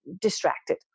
distracted